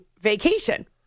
vacation